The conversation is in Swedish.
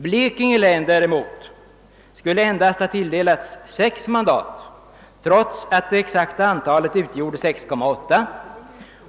Blekinge län däremot skulle endast ha tilldelats 6 mandat, trots att det exakta antalet utgjorde 6,8,